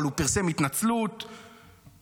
אבל הוא פרסם התנצלות שבאמת,